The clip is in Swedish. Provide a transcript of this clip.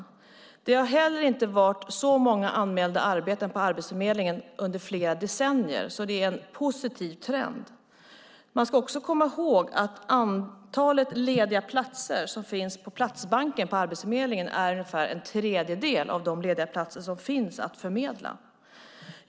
Det har heller inte varit så många anmälda arbeten på Arbetsförmedlingen under flera decennier, så det är en positiv trend. Man ska också komma ihåg att antalet lediga platser som finns på Platsbanken på Arbetsförmedlingen är ungefär en tredjedel av de lediga platser som finns att förmedla.